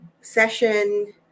session